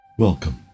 Welcome